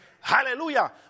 Hallelujah